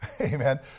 Amen